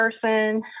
person